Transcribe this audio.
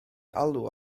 alw